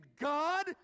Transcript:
God